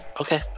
okay